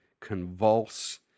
convulse